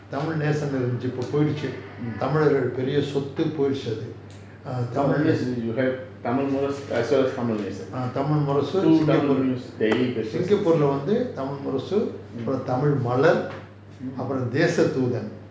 tamil Nesan இருந்துச்சி இப்போ போயிடுச்சி தமிழர்கள் ஓட பெரிய சொத்து போயிடுச்சி அது:nesan irunthuchi ippo poiduchi tamizhargal oda periya sothu poiduchi athu tamil singapore leh வந்து:vanthu tamil முரசு:murasu tamil மலர் அப்புறம் தேசத்துடன்:malar appuram thaesathudan